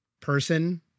person